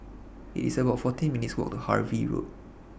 It's about fourteen minutes' Walk to Harvey Road